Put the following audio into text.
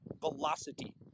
velocity